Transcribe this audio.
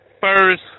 first